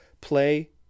play